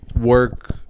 work